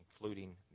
including